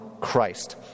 Christ